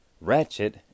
ratchet